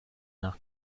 nach